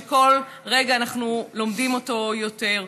שכל רגע אנחנו לומדים אותו יותר.